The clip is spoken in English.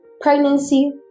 pregnancy